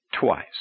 twice